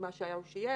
מה שהיה הוא שיהיה,